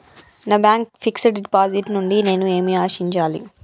నా bank fixed deposit నుండి నేను ఏమి ఆశించాలి?